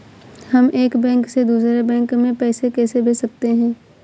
हम एक बैंक से दूसरे बैंक में पैसे कैसे भेज सकते हैं?